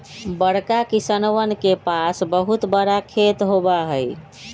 बड़का किसनवन के पास बहुत बड़ा खेत होबा हई